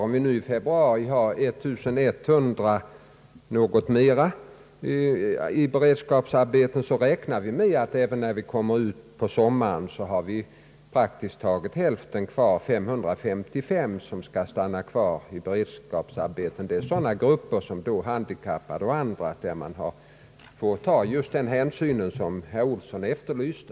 Om vi nu i februari har något över 1100 personer i beredskapsarbeten, så räknar vi med att i sommar ha praktiskt taget hälften kvar — 555 som skall stanna kvar i beredskapsarbeten. Det gäller sådana grupper som handikappade och andra, där man får ta den hänsyn som herr Olsson efterlyste.